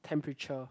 temperature